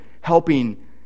helping